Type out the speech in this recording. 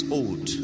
old